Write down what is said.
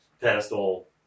pedestal